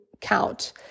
count